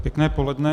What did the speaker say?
Pěkné poledne.